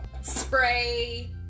spray